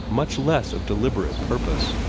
much less of deliberate purpose.